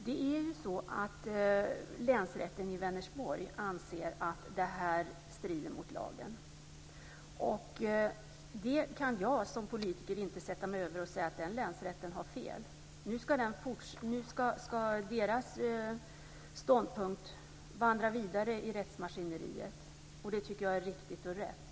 Fru talman! Länsrätten i Vänersborg anser ju att det strider mot lagen. Det kan jag som politiker inte sätta mig över. Jag kan inte säga att den länsrätten har fel. Nu ska deras ståndpunkt vandra vidare i rättsmaskineriet, och det tycker jag är riktigt och rätt.